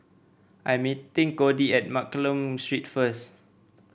I am meeting Codi at Mccallum Street first